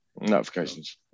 Notifications